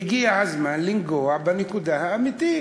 והגיע הזמן לנגוע בנקודה האמיתית.